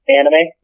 anime